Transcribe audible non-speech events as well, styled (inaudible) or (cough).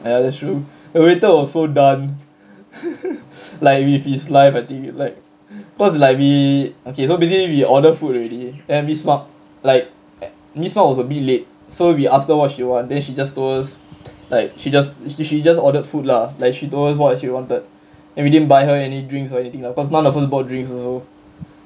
ya that's true the waiter was so done (laughs) like with his life I think cause like we okay so basically we order food already and then miss mak like miss mak was a bit late so we ask her what she want then she just told us like she just sh~ she just ordered food lah like she told us what she wanted and we didn't buy her any drinks or anything lah cause none of us bought drinks also